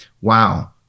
wow